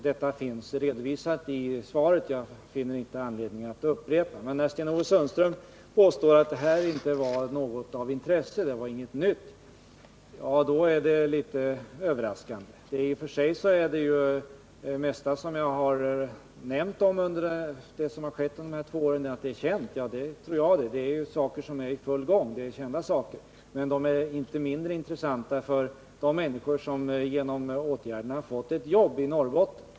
Dessa finns som sagt redovisade i svaret, och jag finner därför ingen anledning att upprepa dem. När Sten-Ove Sundström påstår att det här inte var av något intresse eftersom det inte var någonting nytt, är detta uttalande överraskande. I och för sig är det mesta som jag har nämnt om vad som har uträttats där under dessa två år redan känt. Ja, det tror jag det; de saker som är i gång är kända, men de är ju trots det inte mindre intressanta för de människor som genom åtgärderna har fått ett jobb i Norrbotten.